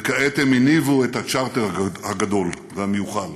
וכעת הם הניבו את הצ'רטר הגדול והמיוחל.